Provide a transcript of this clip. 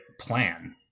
plan